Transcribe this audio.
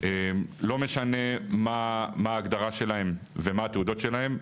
לא משנה מה ההגדרה שלהם ומה התעודות שלהם.